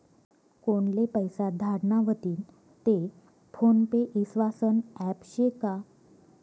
कोनले पैसा धाडना व्हतीन ते फोन पे ईस्वासनं ॲप शे का?